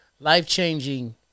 life-changing